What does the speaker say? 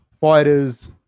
fighters